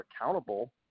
accountable